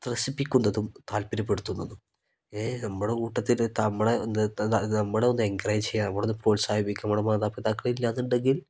ത്രസിപ്പിക്കുന്നതും താല്പര്യപ്പെടുത്തുന്നതും ഏ നമ്മുടെ കൂട്ടത്തില് നമ്മളെ നമ്മളെ ഒന്ന് എൻക്റേജ് ചെയ്യാൻ നമ്മളൊന്ന് പ്രോത്സാഹിപ്പിക്കാൻ നമ്മുടെ മാതാപിതാക്കൾ ഇല്ല എന്നുണ്ടെങ്കിൽ